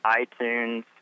iTunes